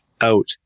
out